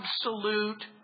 absolute